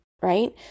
Right